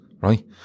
right